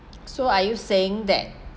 so are you saying that